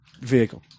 vehicle